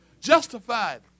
Justified